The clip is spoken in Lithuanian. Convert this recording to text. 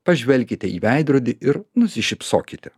pažvelkite į veidrodį ir nusišypsokite